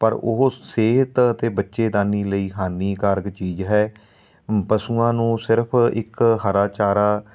ਪਰ ਉਹ ਸਿਹਤ ਅਤੇ ਬੱਚੇਦਾਨੀ ਲਈ ਹਾਨੀਕਾਰਕ ਚੀਜ਼ ਹੈ ਪਸ਼ੂਆਂ ਨੂੰ ਸਿਰਫ ਇੱਕ ਹਰਾ ਚਾਰਾ